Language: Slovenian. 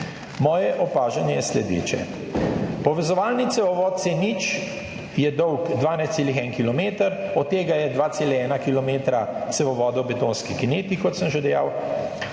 Moje opažanje je sledeče, povezovalni cevovod C0 je dolg 12,1 kilometer, od tega je 2,1 kilometra cevovodov v betonski kineti, kot sem že dejal.